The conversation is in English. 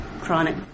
chronic